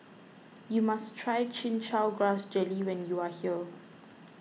you must try Chin Chow Grass Jelly when you are here